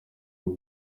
muri